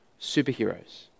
superheroes